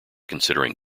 considering